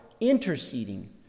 interceding